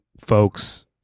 folks